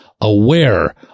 aware